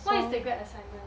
what is the grab assignment